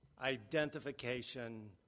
identification